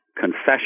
confession